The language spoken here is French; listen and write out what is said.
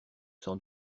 sans